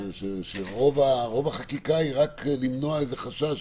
שרוב החקיקה היא רק למנוע איזה חשש,